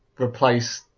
replace